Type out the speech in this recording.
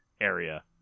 area